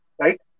Right